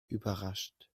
überrascht